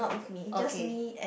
okay